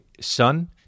son